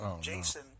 Jason